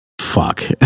fuck